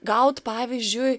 gauti pavyzdžiui